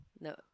No